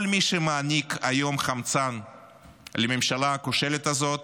כל מי שמעניק היום חמצן לממשלה הכושלת הזאת,